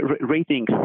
ratings